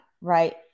right